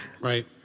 Right